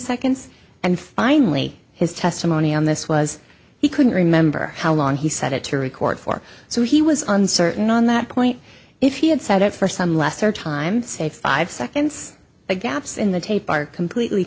seconds and finally his testimony on this was he couldn't remember how long he set it to record for so he was uncertain on that point if he had said it for some lesser time say five seconds the gaps in the tape are completely